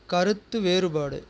கருத்து வேறுபாடு